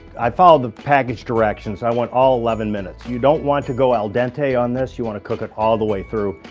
i followed the package directions, i went all eleven minutes. you don't want to go al dente on this, you want to cook it all the way through.